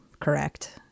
correct